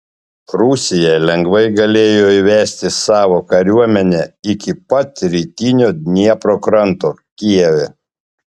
rusija lengvai galėjo įvesti savo kariuomenę iki pat rytinio dniepro kranto kijeve